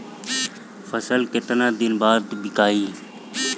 फसल केतना दिन बाद विकाई?